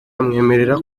amwemerera